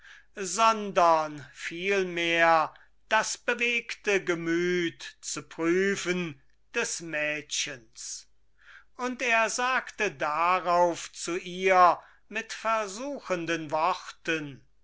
sondern vielmehr das bewegte gemüt zu prüfen des mädchens und er sagte darauf zu ihr mit versuchenden worten